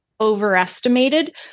overestimated